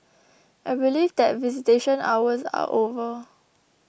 I believe that visitation hours are over